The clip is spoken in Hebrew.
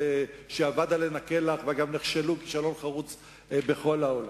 שאבד עליהן כלח וגם נכשלו כישלון חרוץ בכל העולם.